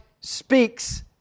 speaks